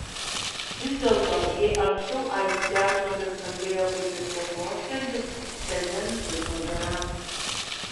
vis dėlto jei anksčiau aids diagnozė skambėjo kaip mirties nuosprendis šiandien taip nebėra